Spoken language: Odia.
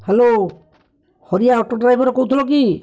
ହ୍ୟାଲୋ ହରିଆ ଅଟୋ ଡ୍ରାଇଭର୍ କହୁଥିଲ କି